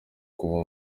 kuva